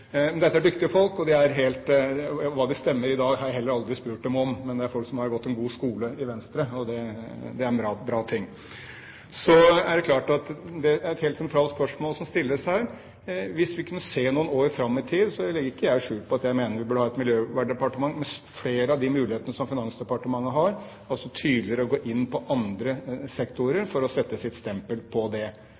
Dette er dyktige folk, og hva de stemmer i dag, har jeg heller ikke spurt dem om. Men dette er folk som har gått en god skole i Venstre, og det er en bra ting. Så er det helt klart at det er et sentralt spørsmål som stilles her. Hvis vi kunne se noen år fram i tid, legger ikke jeg skjul på at jeg mener vi burde ha et miljøverndepartement med flere av de mulighetene som Finansdepartementet har, altså tydeligere gå inn på andre sektorer for å sette sitt stempel på det.